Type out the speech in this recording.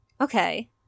Okay